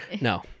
No